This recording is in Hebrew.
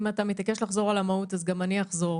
אם אתה מתעקש לחזור על המהות, אז גם אני אחזור,